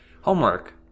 homework